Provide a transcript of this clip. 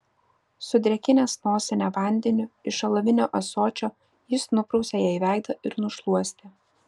sudrėkinęs nosinę vandeniu iš alavinio ąsočio jis nuprausė jai veidą ir nušluostė